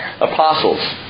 apostles